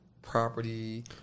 property